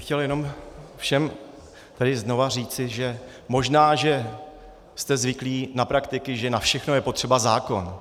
Chtěl bych jenom všem znovu říci, že možná že jste zvyklí na praktiky, že na všechno je potřeba zákon.